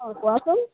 অঁ কোৱাচোন